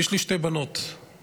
יש לי שתי בנות תאומות,